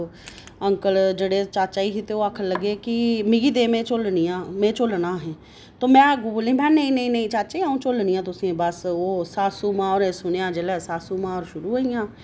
uncle जेह्ड़े चाचा ही ते ओह् आखन लगे कि मिगी दे में झोलनी आं मैं झोलना अहें ते में आगूं बोल्ली में नेईं नेईं चाचे आ'ऊं झोलनी आं तुसेंगी बस ओह् सासू मां होरें सुनेआ जेल्लै सासू मां होर शुरू होई गेइयां